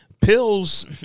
Pills